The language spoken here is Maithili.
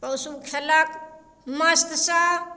पशु खेलक मस्त सऽ